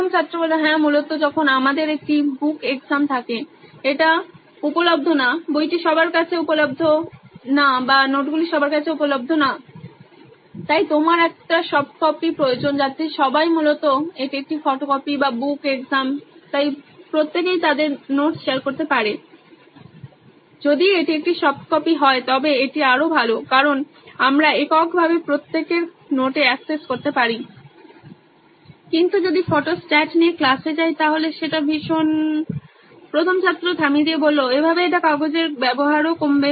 প্রথম ছাত্র হ্যাঁ মূলত যখন আমাদের একটি বুক এক্সাম থাকে এটা উপলব্ধ না বইটি সবার কাছে উপলব্ধ না বা নোটগুলি সবার কাছে উপলব্ধ না তাই তোমার একটি সফট কপি প্রয়োজন যাতে সবাই মূলত এটি একটি ফটোকপি বা বুক এক্সাম তাই প্রত্যেকেই তাদের নোট শেয়ার করতে পারে যদি এটি একটি সফট কপি হয় তবে এটি আরও ভাল কারণ আমরা এককভাবে প্রত্যেকের নোটে অ্যাক্সেস করতে পারি কিন্তু যদি ফটোস্ট্যাট নিয়ে ক্লাসে যাই তাহলে সেটা ভীষন প্রথম ছাত্র এভাবে এটা কাগজের ব্যবহারও কমাবে